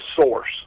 source